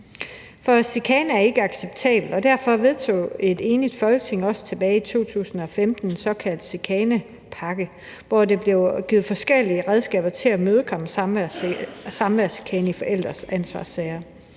om. Chikane er ikke acceptabelt, og derfor vedtog et enigt Folketing også tilbage i 2015 den såkaldte chikanepakke, hvor der blev givet forskellige redskaber til at imødegå samværschikane i forældreansvarssager.